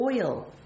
oil